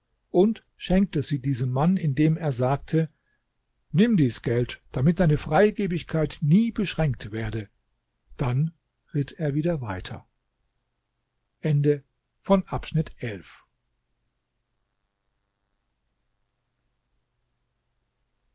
und schenkte sie diesem mann indem er sagte nimm dies geld damit deine freigebigkeit nie beschränkt werde dann ritt er wieder weiter